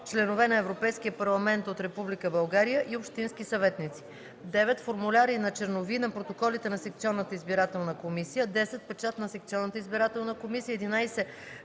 членове на Европейския парламент от Република България и общински съветници; 9. формуляри на чернови на протоколите на секционната избирателна комисия; 10. печат на секционната избирателна комисия; 11.